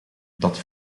dat